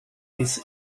this